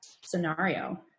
scenario